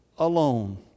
Alone